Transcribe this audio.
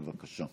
בבקשה.